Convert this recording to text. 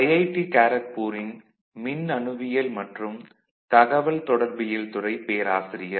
IIT காரக்பூரின் மின்னணுவியல் மற்றும் தகவல் தொடர்பியல் துறை பேராசிரியர்